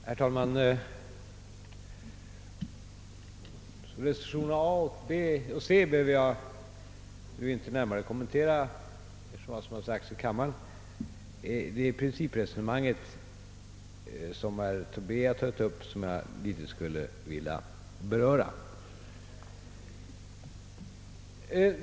Herr talman! Reservationerna a och c behöver jag inte efter vad som an förts i denna kammare närmare kommentera. Det är det principresonemang herr Tobé tagit upp som jag något skulle vilja beröra.